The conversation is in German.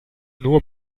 nur